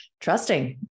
trusting